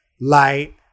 light